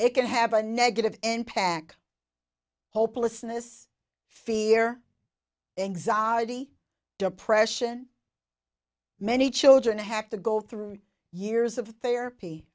it can have a negative impact hopelessness fear anxiety depression many children have to go through years of therapy